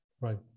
Right